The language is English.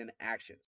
actions